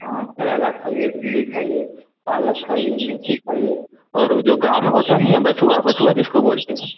हाँ करेला खाइए भिंडी खाइए पालक खाइए मेथी खाइए और वह जो गाँव में होता नहीं है बथुआ बथुआ जिसको बोलते हैं